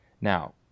Now